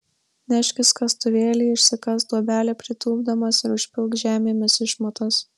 neškis kastuvėlį išsikask duobelę pritūpdamas ir užpilk žemėmis išmatas